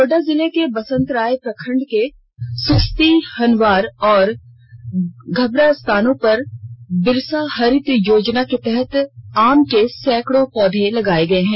गोड्डा जिले के बसंतराय प्रखंड के सुस्ती हनवार और धबरा स्थानों पर बिरसा हरित योजना के तहत आम के सैकड़ों पौधे लगाए गए हैं